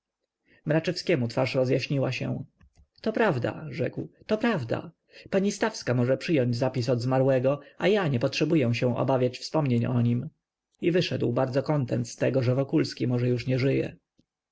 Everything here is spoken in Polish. mraczewskiemu twarz rozjaśniła się to prawda rzekł to prawda pani stawska może przyjąć zapis od zmarłego a ja nie potrzebuję się obawiać wspomnień o nim i wyszedł bardzo kontent z tego że wokulski może już nie żyje